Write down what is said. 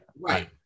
Right